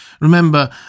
Remember